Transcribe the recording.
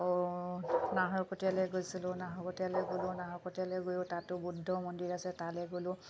নাহৰকটীয়ালৈ গৈছিলোঁ নাহৰকটীয়ালৈ গ'লোঁ নাহৰকটীয়ালৈ গৈয়ো তাতো বুদ্ধ মন্দিৰ আছে তালৈ গ'লোঁ